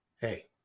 hey